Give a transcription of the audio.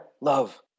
Love